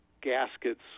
gaskets